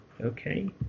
okay